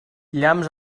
llamps